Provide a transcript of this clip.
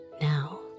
Now